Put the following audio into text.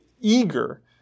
eager